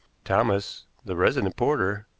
thomas, the resident porter,